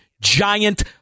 giant